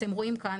אתם רואים כאן,